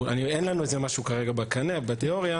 ואין לנו איזה משהו כרגע בקנה, אבל בתיאוריה